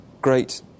great